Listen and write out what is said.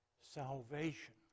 salvation